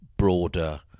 broader